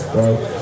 right